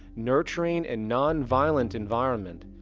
nurturing, and non-violent environment,